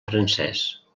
francès